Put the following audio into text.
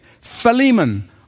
Philemon